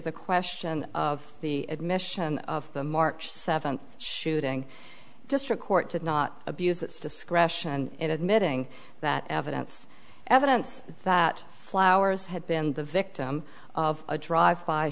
the question of the admission of the march seventh shooting district court did not abuse its discretion in admitting that evidence evidence that flowers had been the victim of a drive by